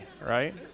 right